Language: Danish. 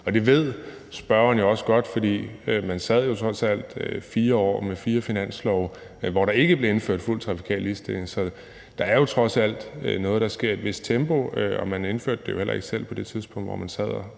og det ved spørgeren jo også godt. For man sad jo trods alt 4 år med fire finanslove, hvor der ikke blev indført en fuld trafikal ligestilling. Så det er jo trods alt noget, der sker i et vist tempo, og man indførte det jo heller ikke selv på det tidspunkt, hvor man sad og